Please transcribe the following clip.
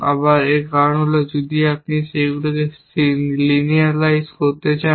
আবার এর কারণ হল যদি আপনি সেগুলিকে লিনিয়ারাইজ করতে চান